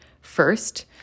First